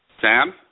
Sam